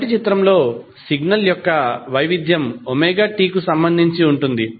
మొదటి చిత్రంలో సిగ్నల్ యొక్క వైవిధ్యం ωt కు సంబంధించి ఉంటుంది